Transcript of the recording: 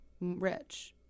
Rich